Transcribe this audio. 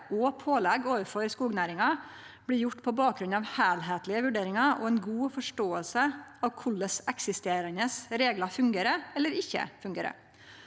og pålegg overfor skognæringa blir gjorde på bakgrunn av heilskaplege vurderingar og ei god forståing av korleis eksisterande reglar fungerer eller ikkje fungerer.